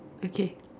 okay